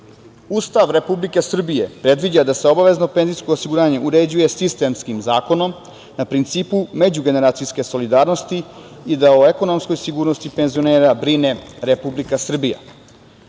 Ustav Republike Srbije predviđa da se obavezno penzijsko osiguranje uređuje sistemskim zakonom na principu međugeneracijske solidarnosti i da o ekonomskoj sigurnosti penzionera brine Republika Srbija. Pravna